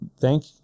thank